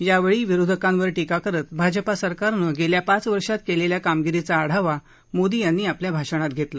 यावेळी विरोधकांवर टीका करत भाजपा सरकारनं गेल्या पाच वर्षात केलेल्या कामगिरीचा आढावा मोदी यांनी आपल्या भाषणात घेतला